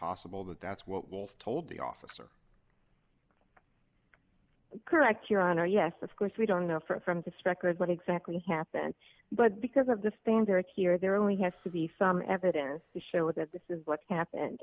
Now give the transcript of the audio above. possible that that's what was told the officer correct your honor yes of course we don't know for a from the strikers what exactly happened but because of the standard here there are only has to be some evidence to show that this is what happened